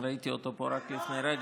ראיתי אותו פה רק לפני רגע.